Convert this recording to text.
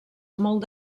molt